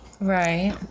Right